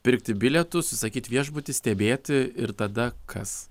pirkti bilietus užsakyt viešbutį stebėti ir tada kas